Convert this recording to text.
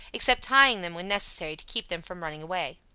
except tying them, when necessary, to keep them from running away.